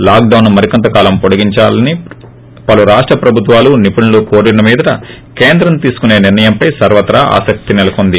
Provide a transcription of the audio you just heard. లాక్డొస్ను మరికొంత కాలం పొడిగించాలని పలు రాష్ల ప్రభుత్వాలు నిపుణులు కోరిన మీదట కేంద్రం తీసుకునే నిర్ణయం పై సర్వత్రా ఆసక్తి నెలకొంది